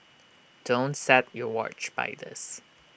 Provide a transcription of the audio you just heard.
don't set your watch by this